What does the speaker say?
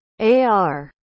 AR